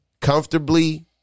comfortably